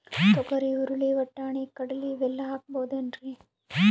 ತೊಗರಿ, ಹುರಳಿ, ವಟ್ಟಣಿ, ಕಡಲಿ ಇವೆಲ್ಲಾ ಹಾಕಬಹುದೇನ್ರಿ?